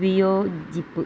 വിയോജിപ്പ്